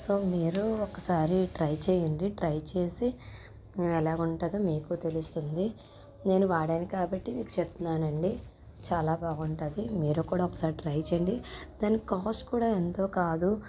so మీరు ఒకసారి try చేయండి ట్రై చేసి ఎలాగ ఉంటుందో మీకు తెలుస్తుంది నేను వాడాను కాబట్టి మీకు చెప్తున్నాను అండి చాలా బాగుంటుంది మీరు కూడా ఒకసారి ట్రై చేయండి దాని కాస్ట్ కూడా ఎంతో కాదు